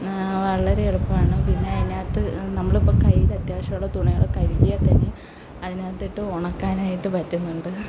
വളരെ എളുപ്പമാണ് പിന്നെ അതിനകത്ത് നമ്മൾ ഇപ്പോൾ കയ്യിൽ അത്യാവശ്യമുള്ള തുണികൾ കഴുകിയാണ് തന്നെ അതിനകത്തിട്ട് ഉണക്കാനായിട്ട് പറ്റുന്നുണ്ട്